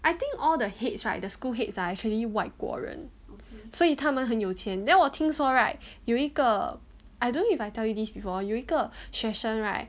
I think all the heads right the school heads are actually 外国人所以他们很有钱 then 我听说 right 有一个 I don't if I tell you this before 有一个学生 right